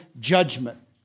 judgment